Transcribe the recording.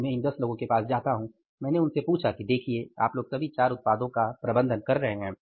अतः मैं इन 10 लोगों के पास जाता हूं और मैंने उनसे पूछा कि देखिये आपलोग सभी 4 उत्पादों का प्रबंधन कर रहे हैं